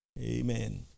Amen